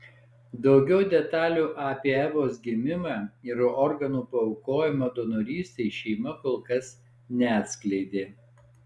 daugiau detalių apie evos gimimą ir organų paaukojimą donorystei šeima kol kas neatskleidė